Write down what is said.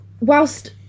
whilst